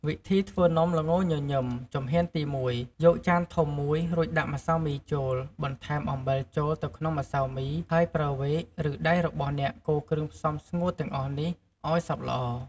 វិធីធ្វើនំល្ងញញឹម ជំហានទី ១ យកចានធំមួយ រួចដាក់ម្សៅមីចូល បន្ថែម អំបិលចូលទៅក្នុងម្សៅមី ហើយប្រើវែក ឬដៃរបស់អ្នកកូរគ្រឿងផ្សំស្ងួតទាំងអស់នេះឱ្យសព្វល្អ។